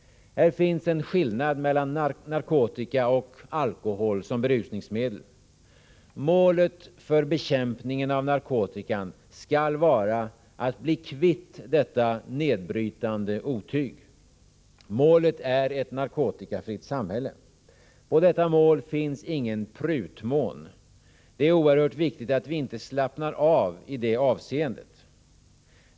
Här finns en skillnad mellan narkotika och alkohol som berusningsmedel. Målet för bekämpningen av narkotikan skall vara att bli kvitt detta nedbrytande otyg. Målet är ett narkotikafritt samhälle. På detta mål finns ingen prutmån. Det är oerhört viktigt att vi inte slappnar av i detta avseende.